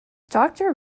doctor